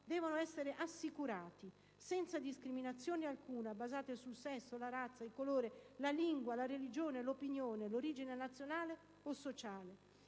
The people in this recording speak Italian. devono essere assicurati senza discriminazione alcuna basata sul sesso, la razza, il colore, la lingua, la religione, l'opinione, l'origine nazionale o sociale.